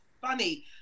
funny